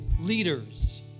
leaders